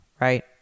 right